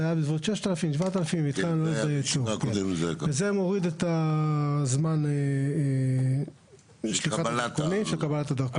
זה היה בסביבות 6,000 7,000. זה מוריד את הזמן של קבלת הדרכונים.